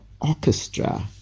Orchestra